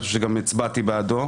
אני חושב שגם הצבעתי בעדו,